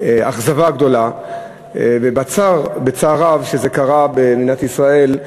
באכזבה הגדולה ובצער רב שזה קרה במדינת ישראל,